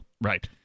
Right